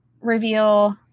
reveal